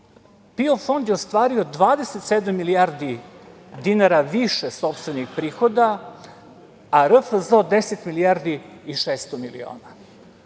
PIO fond je ostvario 27 milijardi dinara više sopstvenih prihoda, a RFZO 10 milijardi i 600 miliona.